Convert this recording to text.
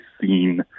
seen